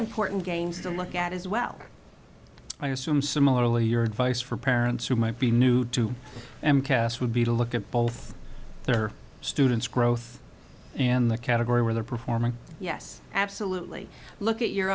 important games to look at as well i assume similarly your advice for parents who might be new to them cast would be to look at both their students growth in the category where they're performing yes absolutely look at your